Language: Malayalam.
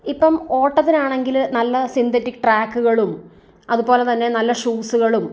ഇപ്പം ഓട്ടത്തിനാണെങ്കിൽ നല്ല സിന്തറ്റിക് ട്രാക്കുകളും അതുപോലെതന്നെ നല്ല ഷൂസുകളും